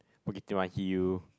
Bukit-Timah hill